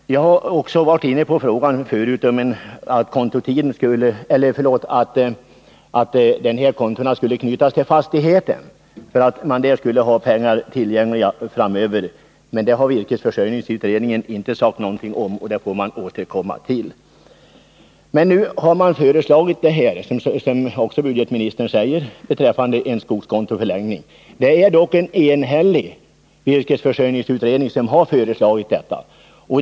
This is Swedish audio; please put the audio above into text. Jag har också tidigare varit inne på att de här kontona skulle knytas till fastigheten för att man där skulle ha pengar tillgängliga framöver även om marken byter ägare, men det har virkesförsörjningsutredningen inte sagt någonting om. Det får man återkomma till. Nu har man emellertid lagt fram ett förslag, som också budgetministern redovisar, till en skogskontoförlängning. Det är en enhällig virkesförsörjningsutredning som har lagt fram förslaget.